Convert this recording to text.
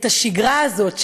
את השגרה הזאת,